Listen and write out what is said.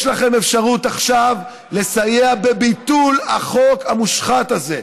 יש לכם אפשרות עכשיו לסייע בביטול החוק המושחת הזה,